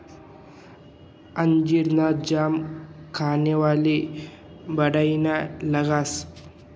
अंजीर ना जाम खावाले बढाईना लागस